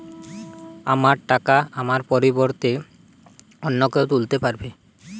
আমার টাকা আমার পরিবর্তে অন্য কেউ তুলতে পারবে?